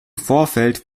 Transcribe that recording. vorfeld